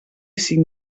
cinc